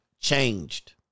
changed